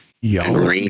Y'all